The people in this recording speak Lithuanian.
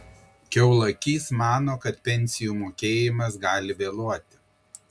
kiaulakys mano kad pensijų mokėjimas gali vėluoti